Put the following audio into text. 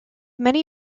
many